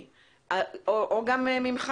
גם ממך,